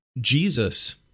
Jesus